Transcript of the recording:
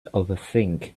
overthink